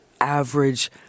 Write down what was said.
average